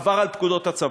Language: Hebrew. עבר על פקודות הצבא.